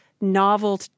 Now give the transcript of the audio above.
novel